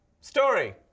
Story